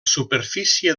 superfície